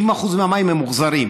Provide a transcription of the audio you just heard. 70% מהמים ממוחזרים.